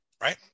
Right